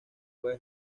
puede